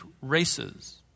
races